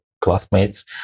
classmates